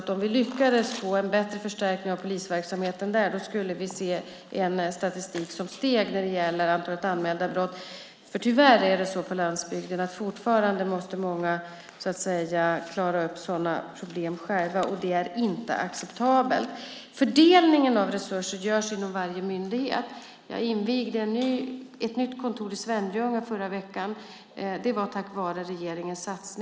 Om vi lyckades få en förstärkning av polisverksamheten där skulle vi nog se antalet anmälda brott öka i statistiken. Tyvärr är det så på landsbygden att många fortfarande själva måste klara upp sådana problem, och det är inte acceptabelt. Fördelningen av resurser görs inom varje myndighet. Jag invigde ett nytt kontor i Svenljunga förra veckan. Det skedde tack vare regeringens satsning.